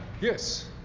Yes